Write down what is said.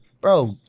Bro